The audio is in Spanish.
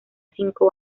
cinco